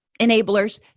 enablers